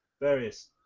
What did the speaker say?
various